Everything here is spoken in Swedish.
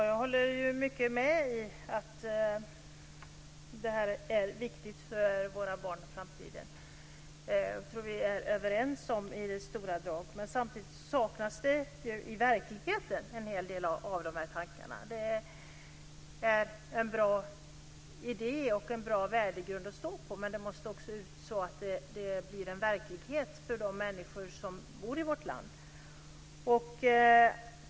Fru talman! Jag håller med om att det är viktigt för våra barn och för framtiden. Jag tror att vi är överens i stora drag. Samtidigt saknas mycket av detta i verkligheten. Det är bra idéer och en bra värdegrund att stå på, men det måste också bli verklighet för de människor som bor i vårt land.